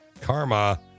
karma